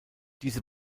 diese